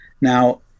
Now